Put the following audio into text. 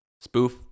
Spoof